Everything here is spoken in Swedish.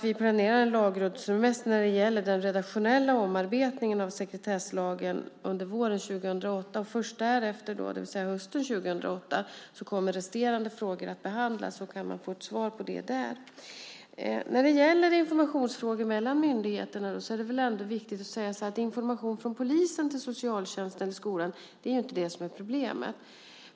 Vi planerar en lagrådsremiss när det gäller den redaktionella omarbetningen av sekretesslagen under våren 2008. Först därefter, det vill säga hösten 2008, kommer resterande frågor att behandlas. Då kan man få ett svar på det där. När det gäller informationsfrågor mellan myndigheterna är det viktigt att säga att information från polisen till socialtjänsten och skolan inte är problemet.